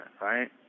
right